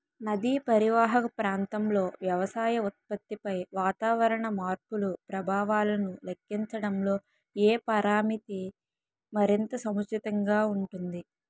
నదీ పరీవాహక ప్రాంతంలో వ్యవసాయ ఉత్పత్తిపై వాతావరణ మార్పుల ప్రభావాలను లెక్కించడంలో ఏ పరామితి మరింత సముచితంగా ఉంటుంది?